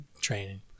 training